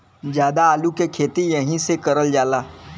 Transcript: जादा आलू के खेती एहि से करल जाला